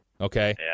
okay